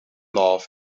love